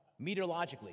meteorologically